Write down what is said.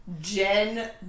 Jen